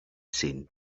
seen